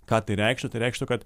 ką tai reikštų tai reikštų kad